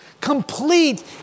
complete